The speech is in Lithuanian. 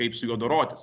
kaip su juo dorotis